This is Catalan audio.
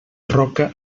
roca